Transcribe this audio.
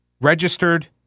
registered